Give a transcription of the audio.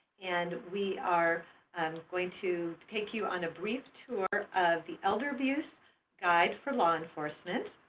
and we are um going to take you on a brief tour of the elder abuse guide for law enforcement,